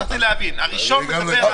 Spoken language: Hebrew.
מה ההבדל בין הראשון לשני?